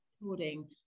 recording